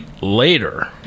later